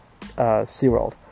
SeaWorld